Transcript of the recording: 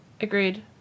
Agreed